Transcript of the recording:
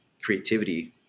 creativity